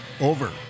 over